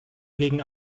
gegen